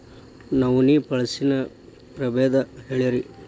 ನವಣಿ ಫಸಲಿನ ಪ್ರಭೇದ ಹೇಳಿರಿ